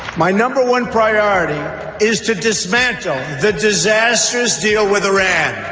my number one priority is to dismantle the disastrous deal with iran.